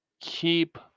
keep